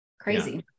Crazy